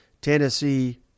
Tennessee